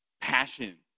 passion